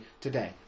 today